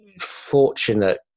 fortunate